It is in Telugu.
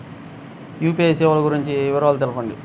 యూ.పీ.ఐ సేవలు గురించి వివరాలు తెలుపండి?